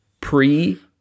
pre